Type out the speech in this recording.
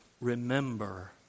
remember